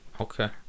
Okay